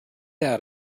out